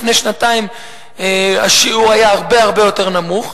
לפני שנתיים השיעור היה הרבה הרבה יותר נמוך,